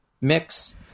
mix